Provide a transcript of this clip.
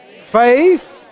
Faith